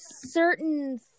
certain